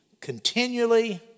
continually